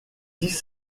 dix